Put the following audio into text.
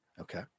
okay